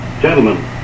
Gentlemen